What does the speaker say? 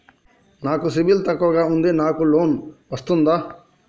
నాకు సిబిల్ తక్కువ ఉంది నాకు లోన్ వస్తుందా?